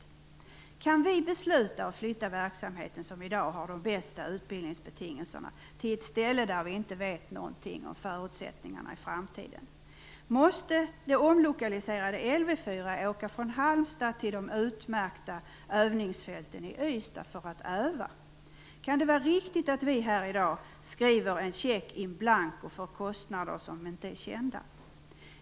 Om vi kan besluta att flytta den verksamhet som har de bästa utbildningsbetingelserna till ett ställe där vi inte vet något om förutsättningarna i framtiden, måste man på det omlokaliserade Lv 4 åka från Halmstad till de utmärkta övningsfälten i Ystad för att öva. Kan det vara riktigt att vi här i dag skriver en check in blanco för kostnader som inte är kända?